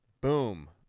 boom